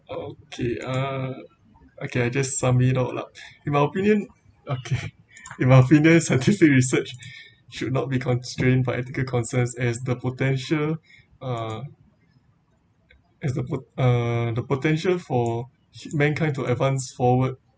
okay uh okay I just sum it all up in my opinion okay in my opinion scientific research should not be constrained for ethical concerns as the potential uh as the po~ uh the potential for mankind to advance forward